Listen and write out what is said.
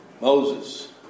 Moses